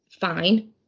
fine